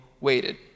Waited